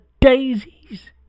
daisies